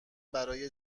برای